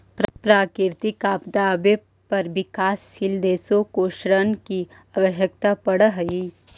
प्राकृतिक आपदा आवे पर विकासशील देशों को ऋण की आवश्यकता पड़अ हई